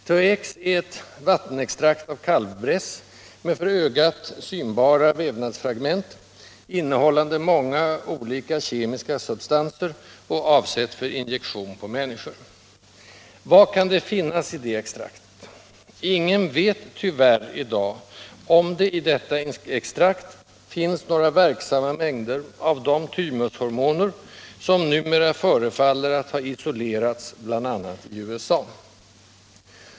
THX är ett vattenextrakt av kalvbräss med för ögat synbara vävnadsfragment, innehållande många olika kemiska substanser och avsett för injektion på människor. Vad kan det finnas i det extraktet? 69 Ingen vet tyvärr i dag om det i detta extrakt finns några verksamma mängder av de thymushormoner som numera förefaller att ha isolerats bl.a. i USA.